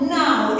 now